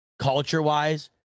culture-wise